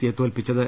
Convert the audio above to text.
സിയെ തോൽപ്പിച്ചത്